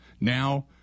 Now